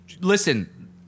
Listen